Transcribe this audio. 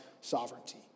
sovereignty